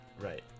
Right